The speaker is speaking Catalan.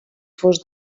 fos